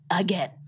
again